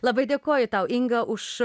labai dėkoju tau inga už